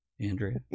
Andrea